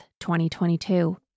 2022